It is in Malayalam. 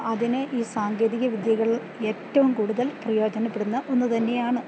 അതിന് ഈ സാങ്കേതിക വിദ്യകൾ ഏറ്റവും കൂടുതൽ പ്രയോജനപ്പെടുന്ന ഒന്ന് തന്നെയാണ്